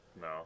No